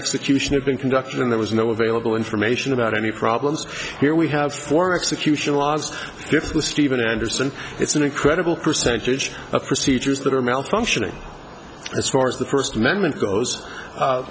execution have been conducted and there was no available information about any problems here we have for execution last gift steven anderson it's an incredible percentage of procedures that are malfunctioning as far as the first amendment goes